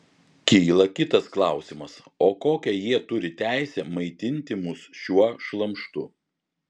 kyla kitas klausimas o kokią jie turi teisę maitinti mus šiuo šlamštu